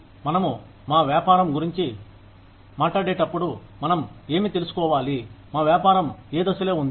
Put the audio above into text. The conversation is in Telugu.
మనము మా వ్యాపారం గురించి మాట్లాడేటప్పుడు మనం ఏమి తెలుసుకోవాలి మా వ్యాపారం ఏ దశలో ఉంది